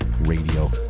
radio